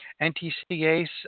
NTCA's